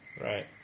Right